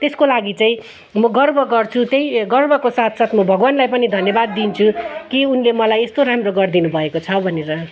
त्यसको लागि चाहिँ म गर्व गर्छु त्यही गर्वको साथसाथ म भगवान्लाई पनि धन्यवाद दिन्छु कि उनले मलाई यस्तो राम्रो गर्दिनु भएको छ भनेर